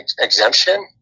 exemption